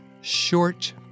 short